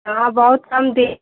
हाँ बहुत कम दे